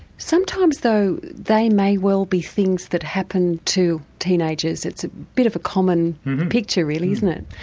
sometimes, though, they may well be things that happen to teenagers, it's a bit of a common picture, really, isn't it?